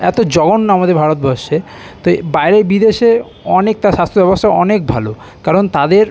এতো জঘন্য আমাদের ভারতবর্ষে তো এ বাইরে বিদেশে অনেক তা স্বাস্থ্য ব্যবস্থা অনেক ভালো কারণ তাদের